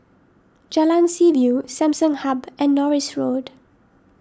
Jalan Seaview Samsung Hub and Norris Road